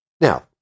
Now